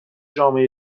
جامعه